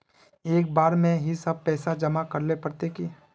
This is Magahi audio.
एक बार में ही सब पैसा जमा करले पड़ते की?